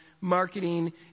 marketing